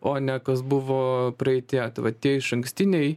o ne kas buvo praeityje tai vat tie išankstiniai